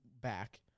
back